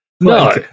No